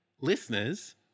listeners